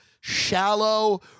shallow